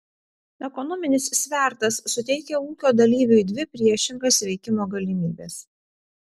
ekonominis svertas suteikia ūkio dalyviui dvi priešingas veikimo galimybes